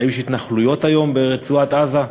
היש התנחלויות היום ברצועת-עזה?